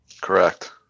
correct